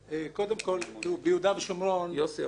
הממונה.